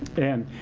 and